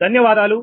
ధన్యవాదాలు